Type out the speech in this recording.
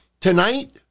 tonight